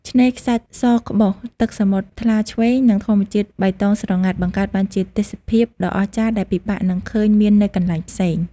ឆ្នេរខ្សាច់សក្បុស ទឹកសមុទ្រថ្លាឆ្វេង និងធម្មជាតិបៃតងស្រងាត់ បង្កើតបានជាទេសភាពដ៏អស្ចារ្យដែលពិបាកនឹងឃើញមាននៅកន្លែងផ្សេង។